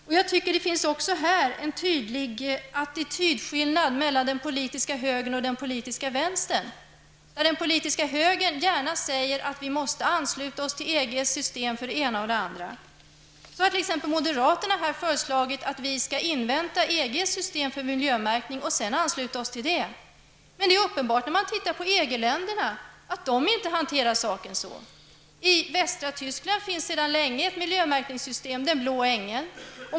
Även här tycker jag mig märka en tydlig attitydskillnad mellan den politiska högern och den politiska vänstern. Den politiska högern säger gärna att vi måste ansluta oss till EGs system, med hänvisning till den eller den anledningen. Moderaterna har här t.ex. föreslagit att Sverige skall invänta EGs system för miljömärkning och att vi sedan skall ansluta oss till detta. Men det är uppenbart att EG-länderna inte hanterar den saken på det sättet. I västra Tyskland finns det sedan länge ett miljömärkningssystem. Man har ett märke med en blå ängel.